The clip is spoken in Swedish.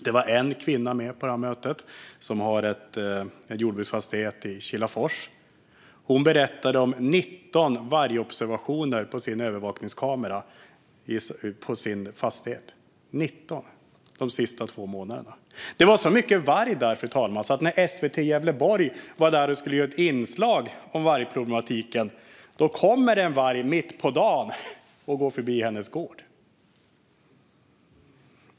Det var en kvinna med på mötet som har en jordbruksfastighet i Kilafors, och hon berättade om 19 vargobservationer med övervakningskameran på sin fastighet de senaste två månaderna. Det är så mycket varg där, fru talman, att när SVT Gävleborg är där och ska göra ett inslag om vargproblematiken kommer det en varg mitt på dagen och går förbi hennes gård.